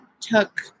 took